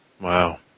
Wow